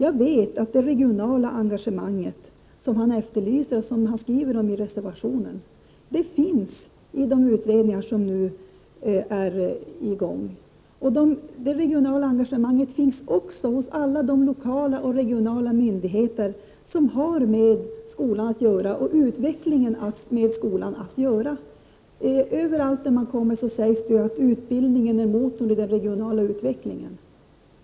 Jag vet att det regionala engagemanget, som Larz Johansson efterlyser och skriver om i reservationen, finns med i de utredningar som nu är i gång. Det regionala engagemanget finns också hos alla de regionala och lokala myndigheter som har med skolan och skolans utveckling att göra. Varhelst man kommer talas ju om att utbildning är motorn i den regionala utvecklingen.